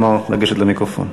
כלומר לגשת למיקרופון.